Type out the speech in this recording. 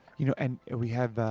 you know, and we have, ah,